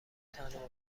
تنها